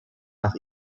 nach